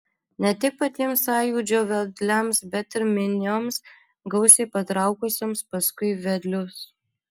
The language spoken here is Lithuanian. ne tik patiems sąjūdžio vedliams bet ir minioms gausiai patraukusioms paskui vedlius